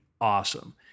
awesome